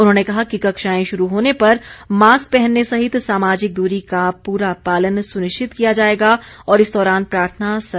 उन्होंने कहा कि कक्षाएं शुरू होने पर मास्क पहनने सहित सामाजिक दूरी का पूरा पालन सुनिश्चित किया जाएगा और इस दौरान प्रार्थना सभाएं नहीं होंगी